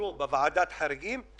אושרו בוועדת החריגים,